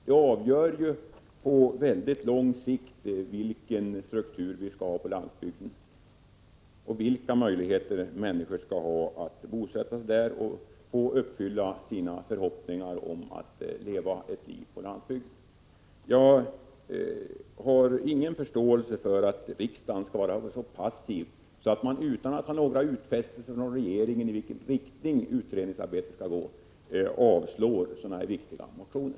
Detta avgör ju på mycket lång sikt vilken struktur vi skall ha på landsbygden och vilka möjligheter människor skall ha att bosätta sig där och kunna uppfylla sina förhoppningar om att få leva sitt liv på landsbygden. Jag har ingen förståelse för att riksdagen skall vara så passiv att den, utan utfästelser från regeringen om i vilken riktning utredningsarbetet skall, bedrivas, avslår sådana här viktiga motioner.